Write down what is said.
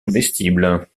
comestibles